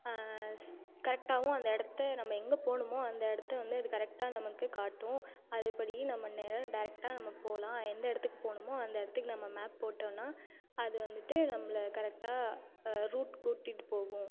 கரெக்டாகவும் அந்த இடத்த நம்ம எங்கே போகணுமோ அந்த இடத்த வந்து அது கரெக்டாக நமக்கு காட்டும் அதுபடியும் நம்ம நேராக டேரக்டா நம்ம போகலாம் எந்த இடத்துக்கு போகணுமோ அந்த இடத்துக்கு நம்ம மேப் போட்டோம்னா அது வந்துட்டு நம்மள கரெக்டாக ரூட் கூட்டிகிட்டு போகும்